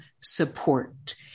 support